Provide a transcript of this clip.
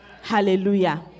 Hallelujah